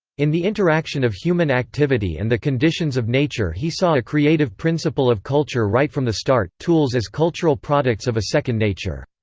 in the interaction of human activity and the conditions of nature he saw a creative principle of culture right from the start tools as cultural products of a second nature.